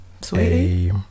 Sweetie